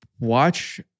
Watch